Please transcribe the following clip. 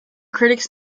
critics